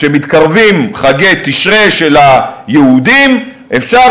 כשמתקרבים חגי תשרי של היהודים אפשר